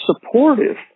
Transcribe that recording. supportive